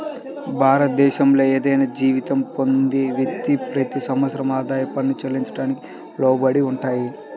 భారతదేశంలోని ఏదైనా జీతం పొందే వ్యక్తి, ప్రతి సంవత్సరం ఆదాయ పన్ను చెల్లించడానికి లోబడి ఉంటారు